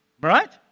Right